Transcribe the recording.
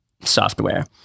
software